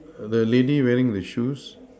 err the lady wearing the shoes